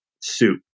soup